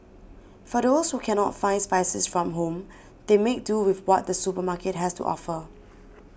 for those who cannot find spices from home they make do with what the supermarket has to offer